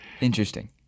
Interesting